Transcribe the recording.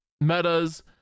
Meta's